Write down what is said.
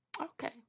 Okay